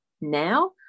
now